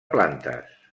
plantes